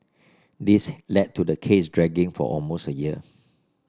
this led to the case dragging for almost a year